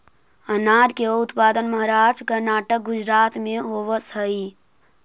अनार के उत्पादन महाराष्ट्र, कर्नाटक, गुजरात में होवऽ हई